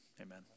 Amen